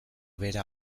bera